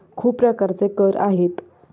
खूप प्रकारचे कर आहेत